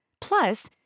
Plus